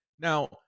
Now